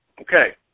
Okay